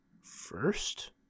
first